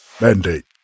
Mandate